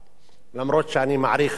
אף שאני מעריך רטוריקה משובחת,